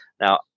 Now